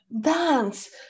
dance